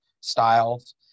styles